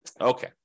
Okay